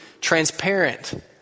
transparent